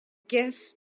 guess